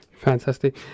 Fantastic